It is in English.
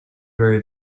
very